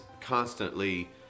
constantly